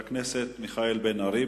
השבוע ראיתי מישהו שמערער על זה,